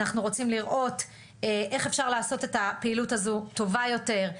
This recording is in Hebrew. אנחנו רוצים לראות איך אפשר לעשות את הפעילות הזו טובה יותר,